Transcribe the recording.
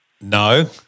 No